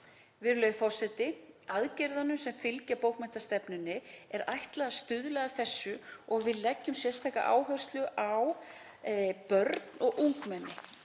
Virðulegi forseti. Aðgerðunum sem fylgja bókmenntastefnunni er ætlað að stuðla að þessu og við leggjum sérstaka áherslu á börn og ungmenni.